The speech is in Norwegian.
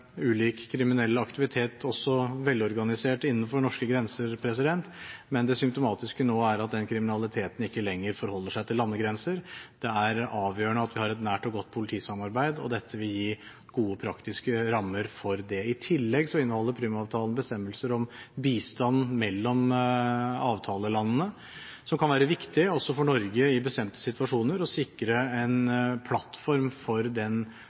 ulik kriminell aktivitet, også velorganisert, innenfor norske grenser, men det symptomatiske nå er at den kriminaliteten ikke lenger forholder seg til landegrenser. Det er avgjørende at vi har et nært og godt politisamarbeid, og dette vil gi gode praktiske rammer for det. I tillegg inneholder Prüm-avtalen bestemmelser om bistand mellom avtalelandene, som kan være viktig også for Norge i bestemte situasjoner og sikre en plattform for den